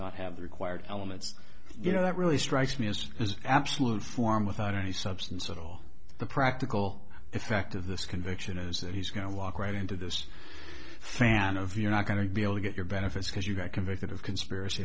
not have the required elements you know that really strikes me as as absolute form without any substance at all the practical effect of this conviction is that he's going to walk right into this fan of you're not going to be able to get your benefits because you got convicted of conspiracy